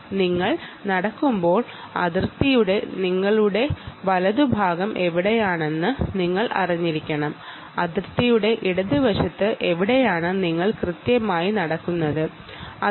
നിങ്ങൾ നടക്കുമ്പോൾ അതിർത്തിയുടെ വലതുഭാഗം എവിടെയാണെന്ന് നിങ്ങൾ അറിഞ്ഞിരിക്കണം അതിർത്തിയുടെ ഇടത് വശത്ത് എവിടെയാണ് നിങ്ങൾ എന്നത് കൃത്യമായി അറിഞ്ഞിരിക്കണം